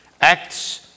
Acts